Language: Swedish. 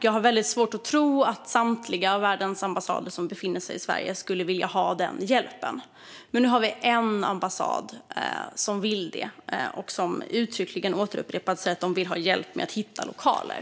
Jag har väldigt svårt att tro att samtliga utländska ambassader i Sverige skulle vilja ha den hjälpen. Men nu har vi en ambassad som vill det och som uttryckligen och upprepat säger att de vill ha hjälp med att hitta lokaler.